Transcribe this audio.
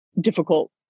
difficult